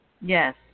Yes